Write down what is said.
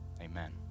Amen